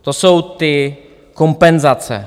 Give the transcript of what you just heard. To jsou ty kompenzace.